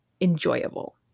enjoyable